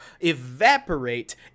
evaporate